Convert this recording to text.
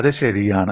അത് ശരിയാണ്